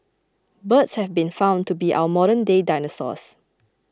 birds have been found to be our modernday dinosaurs